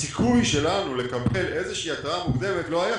הסיכוי שלנו לקבל איזושהי התרעה מוקדמת לא היה,